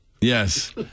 Yes